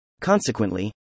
Consequently